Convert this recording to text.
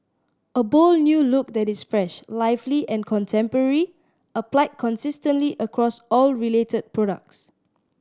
a bold new look that is fresh lively and contemporary applied consistently across all related products